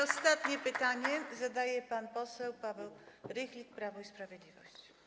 Ostatnie pytanie zadaje pan poseł Paweł Rychlik, Prawo i Sprawiedliwość.